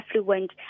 affluent